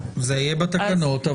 זה יהיה בתקנות.